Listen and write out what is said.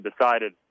decided